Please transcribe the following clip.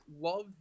love